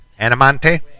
Anamante